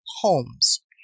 Holmes